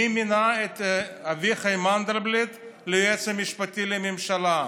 מי מינה את אביחי מנדלבליט ליועץ המשפטי לממשלה?